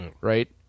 right